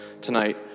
tonight